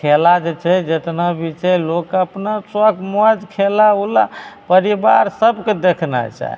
खेला जे छै जतना भी छै लोकके अपना सौख मौज खेला उला परिवार सभके देखना चाही